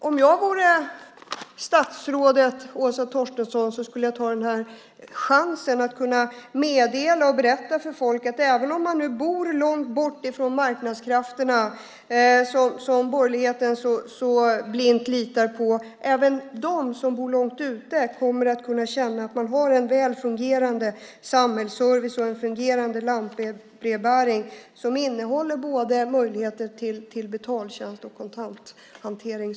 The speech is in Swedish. Om jag vore statsrådet Åsa Torstensson skulle jag ta chansen att berätta för folk att även om man bor långt bort från marknadskrafterna, som borgerligheten så blint litar på, kommer man att kunna känna att man har en väl fungerande samhällsservice och en fungerande lantbrevbäring som innehåller både möjligheter till betaltjänst och kontanthantering.